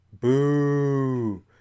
boo